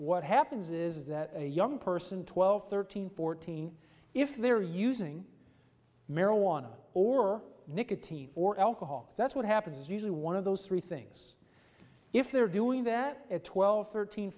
what happens is that a young person twelve thirteen fourteen if they're using marijuana or nicotine or alcohol that's what happens is usually one of those three things if they're doing that at twelve thirteen